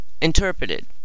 interpreted